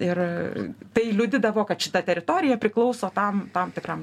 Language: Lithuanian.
ir tai liudydavo kad šita teritorija priklauso tam tam tikram